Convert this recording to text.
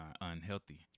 unhealthy